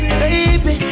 baby